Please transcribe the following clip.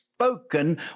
Spoken